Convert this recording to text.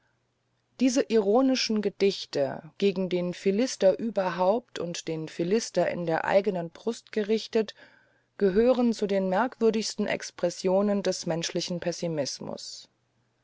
diese ironischen gedichte gegen den philister überhaupt und den philister in der eigenen brust gerichtet gehören zu den merkwürdigsten expressionen des menschlichen pessimismus